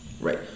Right